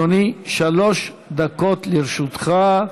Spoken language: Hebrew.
אדוני, שלוש דקות לרשותך.